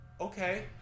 okay